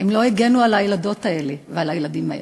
הם לא הגנו על הילדות והילדים האלה,